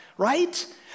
right